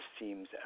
seems